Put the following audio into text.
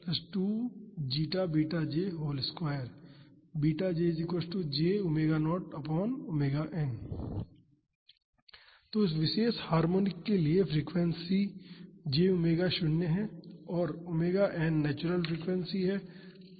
तो उस विशेष हार्मोनिक के लिए फोर्सिंग फ्रीक्वेंसी जे ओमेगा शून्य है और ओमेगा एन नेचुरल फ्रीक्वेंसी है